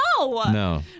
No